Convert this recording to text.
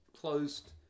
closed